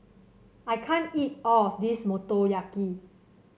I can't eat all of this Motoyaki